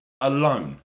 alone